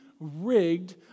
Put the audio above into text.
rigged